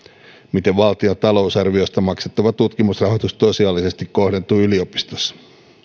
miten valtion talousarviosta maksettava tutkimusrahoitus tosiasiallisesti kohdentuu yliopistoissa